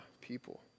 people